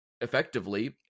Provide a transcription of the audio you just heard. effectively